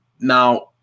Now